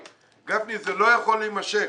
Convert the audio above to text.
גפני, זה לא יכול להימשך.